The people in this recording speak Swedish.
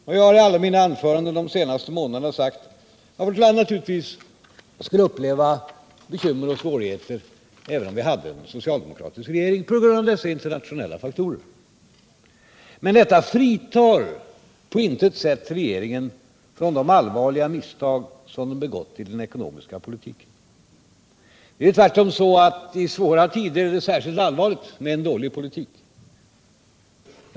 Och jag har i alla mina anföranden de senaste månaderna sagt att vårt land naturligtvis fått uppleva svårigheter även om vi haft en socialdemokratisk regering, på grund av dessa internationella faktorer. Men detta fritar på intet sätt regeringen från de allvarliga misstag som den begått i den ekonomiska politiken. Det är tvärtom så att i svåra tider är det särskilt allvarligt med en dålig politik.